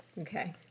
Okay